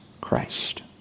Christ